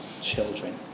children